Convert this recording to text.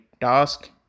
task